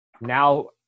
now